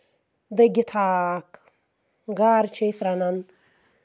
دٔگِتھ ہاکھ گارٕ چھِ أسۍ رَنان